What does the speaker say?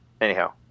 Anyhow